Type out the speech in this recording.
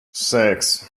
six